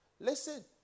Listen